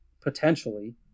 potentially